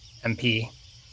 MP